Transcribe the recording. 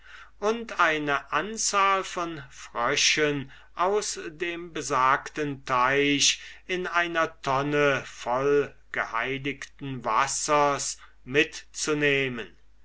und eine anzahl von fröschen aus dem besagten teich in einer tonne voll geheiligten wassers mitzunehmen